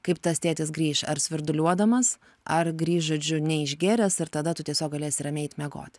kaip tas tėtis grįš ar svirduliuodamas ar grįš žodžiu neišgėręs ir tada tu tiesiog galėsi ramiai eit miegot